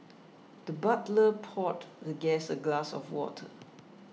the butler poured the guest a glass of water